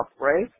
right